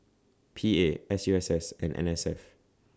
P A S U S S and N S F